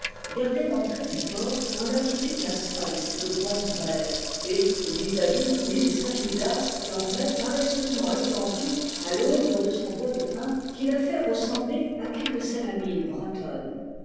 gardait l'entrée du port dans l'attitude d'un sphinx de bronze vert et vis-à-vis l'île saint gildas dormait paresseusement étendue à l'ombre de son bois de pins qui la fait ressembler à quelque salamine bretonne